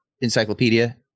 encyclopedia